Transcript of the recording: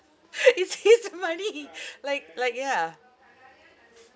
it's his money like like yeah